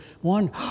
one